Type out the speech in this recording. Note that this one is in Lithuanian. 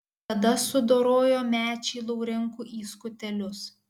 tada sudorojo mečį laurinkų į skutelius